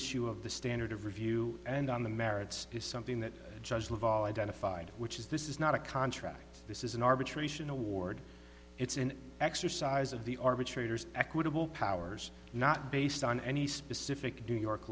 issue of the standard of review and on the merits is something that judge laval identified which is this is not a contract this is an arbitration award it's an exercise of the arbitrators equitable powers not based on any specific due york